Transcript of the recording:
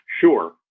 sure